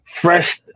fresh